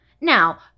Now